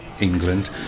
England